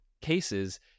cases